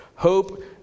Hope